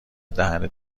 دهنت